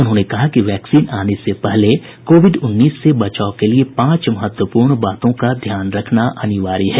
उन्होंने कहा कि वैक्सीन आने से पहले कोविड उन्नीस से बचाव के लिए पांच महत्वपूर्ण बातों का ध्यान रखना अनिवार्य है